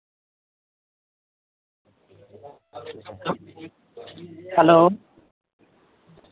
hello